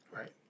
Right